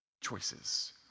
choices